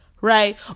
right